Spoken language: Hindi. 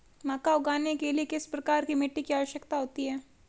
मक्का उगाने के लिए किस प्रकार की मिट्टी की आवश्यकता होती है?